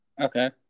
Okay